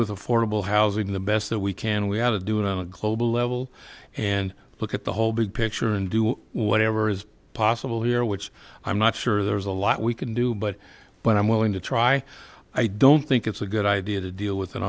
with affordable housing the best that we can we have to do it on a global level and look at the whole big picture and do whatever is possible here which i'm not sure there's a lot we can do but but i'm willing to try i don't think it's a good idea to deal with it